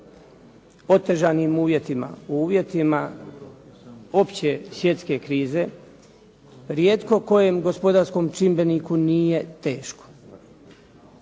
otežanim uvjetima, u uvjetima opće svjetske krize rijetko kojem gospodarskom čimbeniku nije teško